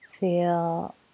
Feel